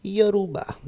Yoruba